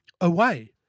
away